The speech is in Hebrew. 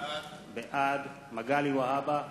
בעד מגלי והבה,